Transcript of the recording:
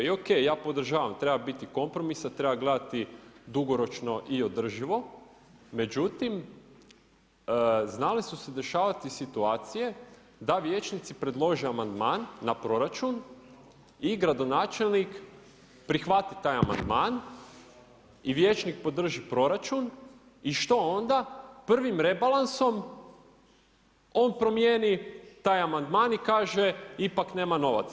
I ok, ja podržavam, treba biti kompromisa, treba gledati dugoročno i održivo, međutim znale su se dešavati situacije da vijećnici predlože amandman na proračun i gradonačelnik prihvati taj amandman i vijećnik podrži proračun i što onda, prvim rebalansom on promijeni taj amandman i kaže ipak nema novaca.